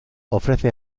ofrece